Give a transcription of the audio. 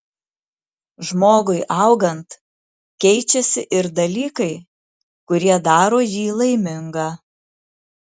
žmogui augant keičiasi ir dalykai kurie daro jį laimingą